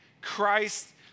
Christ